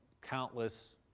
countless